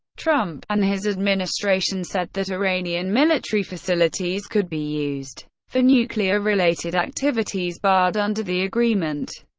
trump and his administration said that iranian military facilities could be used for nuclear-related activities barred under the agreement.